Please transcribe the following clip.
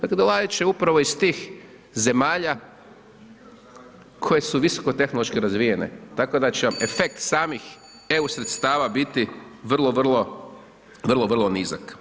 Dakle dolazit će upravo iz tih zemalja koje su visoko tehnološko razvijene, tako da će vam efekt samih EU sredstava biti vrlo, vrlo, vrlo, vrlo nizak.